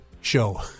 Show